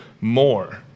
more